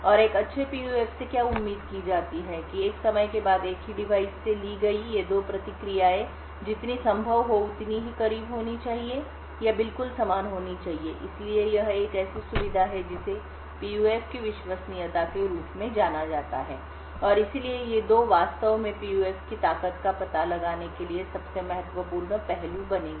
और एक अच्छे पीयूएफ से क्या उम्मीद की जाती है कि एक समय के बाद एक ही डिवाइस से ली गई ये 2 प्रतिक्रियाएं जितनी संभव हो उतनी ही करीब होनी चाहिए या बिल्कुल समान होनी चाहिए इसलिए यह एक ऐसी सुविधा है जिसे पीयूएफ की विश्वसनीयता के रूप में जाना जाता है और इसलिए ये 2 वास्तव में पीयूएफ की ताकत का पता लगाने के लिए सबसे महत्वपूर्ण पहलू बनेंगे